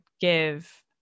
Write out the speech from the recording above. give